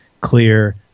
clear